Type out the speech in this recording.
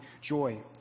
joy